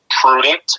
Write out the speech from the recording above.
prudent